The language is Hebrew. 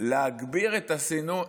להגביר את הסינון,